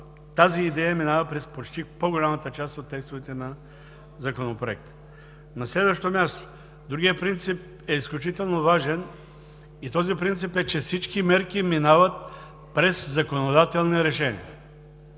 тази идея минава през почти по-голямата част от текстовете на Законопроекта. На следващо място, другият принцип е изключително важен и този принцип е, че всички мерки минават през законодателни решения.